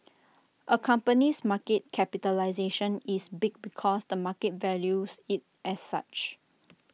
A company's market capitalisation is big because the market values IT as such